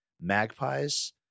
magpies